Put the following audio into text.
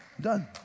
Done